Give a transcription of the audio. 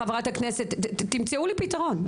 תמצאו לי פתרון.